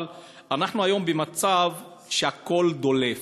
אבל אנחנו היום במצב שהכול דולף,